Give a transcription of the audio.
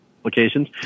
applications